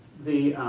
the